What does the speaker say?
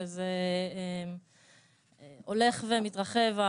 שזה הולך ומתרחב,